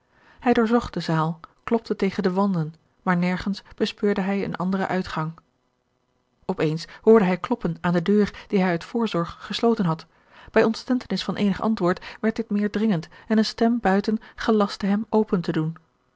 hij doorzocht de zaal klopte tegen de wanden maar nergens bespeurde hij een anderen uitgang op eens hoorde hij kloppen aan de deur die hij uit voorzorg gesloten had bij ontstentenis van eenig antwoord werd dit meer dringeorge een ongeluksvogel gend en eene stem buiten gelastte hem open te doen